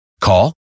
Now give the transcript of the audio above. Call